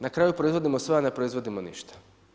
Na kraju proizvodimo sve a ne proizvodimo ništa.